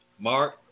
Mark